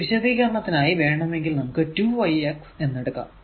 ഒരു വിശദീകരണത്തിനായി വേണമെങ്കിൽ നമുക്ക് 2 i x എന്ന് എടുക്കാം